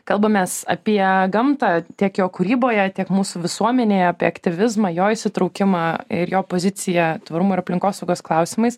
kalbamės apie gamtą tiek jo kūryboje tiek mūsų visuomenėje apie aktyvizmą jo įsitraukimą ir jo poziciją tvarumo ir aplinkosaugos klausimais